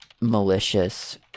malicious